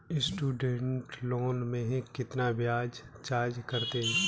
Student loan में कितना ब्याज चार्ज करते हैं?